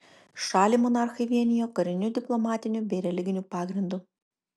šalį monarchai vienijo kariniu diplomatiniu bei religiniu pagrindu